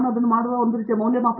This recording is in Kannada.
ಅದು ನಾನು ಮಾಡುವ ಒಂದು ರೀತಿಯ ಮೌಲ್ಯಮಾಪನ